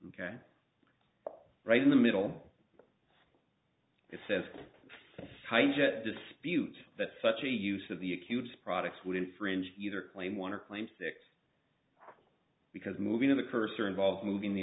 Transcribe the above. ok right in the middle it says hi just dispute that such a use of the accuse products would infringe either claim one or claim six because moving the cursor involves moving the